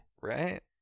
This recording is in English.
Right